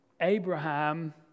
Abraham